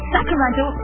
Sacramento